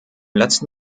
letzten